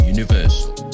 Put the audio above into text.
Universal